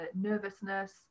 nervousness